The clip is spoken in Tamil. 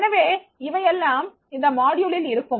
எனவே இவையெல்லாம் இந்த தொகுதியில் இருக்கும்